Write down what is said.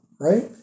right